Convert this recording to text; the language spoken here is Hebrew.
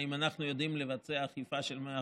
האם אנחנו יודעים לבצע אכיפה של 100%?